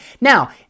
Now